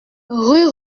rue